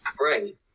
right